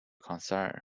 concern